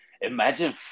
Imagine